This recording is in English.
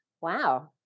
wow